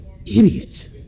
Idiot